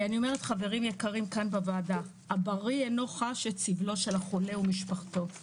חברים, הבריא אינו חש את סבלו של החולה ומשפחתו.